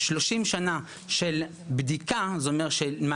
הרי אתם אומרים בואו ניתן